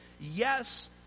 Yes